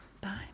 bye